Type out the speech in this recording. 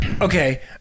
okay